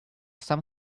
some